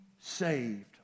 saved